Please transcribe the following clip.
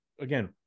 again